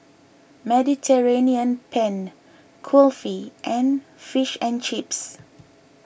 Mediterranean Penne Kulfi and Fish and Chips